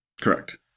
Correct